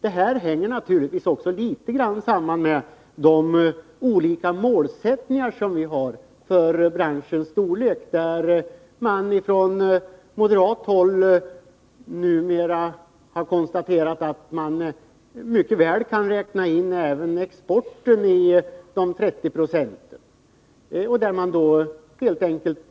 Detta hänger naturligtvis i viss utsträckning samman med de olika mål vi har för branschens storlek. Moderaterna har numera konstaterat att man mycket väl kan räkna in exporten i den 30-procentiga självförsörjningsgraden.